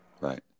Right